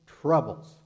troubles